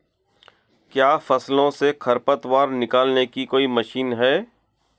क्या फसलों से खरपतवार निकालने की कोई मशीन है?